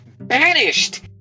Banished